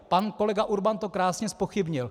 Pan kolega Urban to krásně zpochybnil.